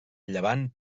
llevant